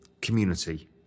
community